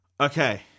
Okay